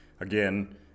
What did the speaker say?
again